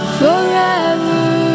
forever